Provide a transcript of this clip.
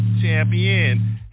champion